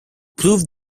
prove